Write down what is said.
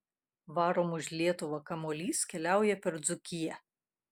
varom už lietuvą kamuolys keliauja per dzūkiją